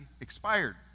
expired